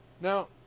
Now